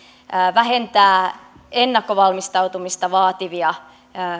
vähentää ennakkovalmistautumista vaativia